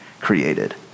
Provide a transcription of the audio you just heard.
created